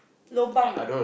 lobang ah